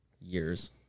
years